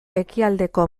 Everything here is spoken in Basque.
ekialdeko